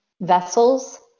vessels